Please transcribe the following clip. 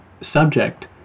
subject